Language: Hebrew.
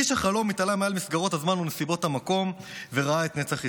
אך איש החלום התעלה מעל מסגרות הזמן ונסיבות המקום וראה את נצח ישראל.